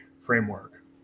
framework